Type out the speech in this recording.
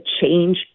change